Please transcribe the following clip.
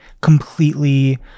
Completely